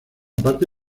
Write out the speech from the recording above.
parte